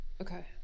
Okay